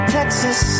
Texas